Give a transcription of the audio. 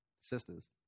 Sisters